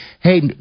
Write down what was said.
hey